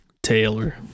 Taylor